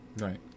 Right